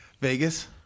Vegas